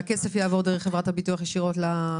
והכסף יעבור דרך חברת הביטוח למשפחות הנספים?